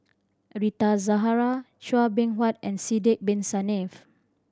Rita Zahara Chua Beng Huat and Sidek Bin Saniff